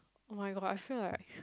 oh-my-God I feel like